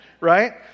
right